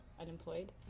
unemployed